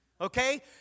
Okay